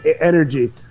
energy